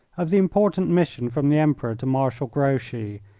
of the important mission from the emperor to marshal grouchy,